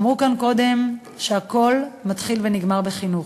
אמרו כאן קודם שהכול מתחיל ונגמר בחינוך.